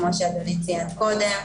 כפי שאדוני ציין קודם.